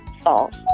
False